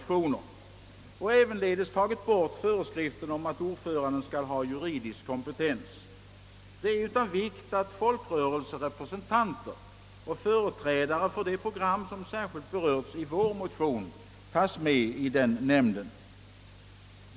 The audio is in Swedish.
Föreskriften att ordföranden skall ha juridisk kompetens föreslås ävenledes slopad. Det är av vikt att representanter för folkrörelserna och företrädare för de program som berörts i vår motion tas med i nämnden.